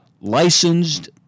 licensed